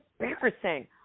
embarrassing